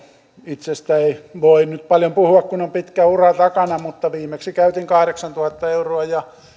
itsestä ei ei voi nyt paljon puhua kun on pitkä ura takana mutta viimeksi käytin kahdeksantuhatta euroa ja